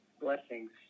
blessings